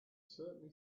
certainly